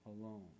alone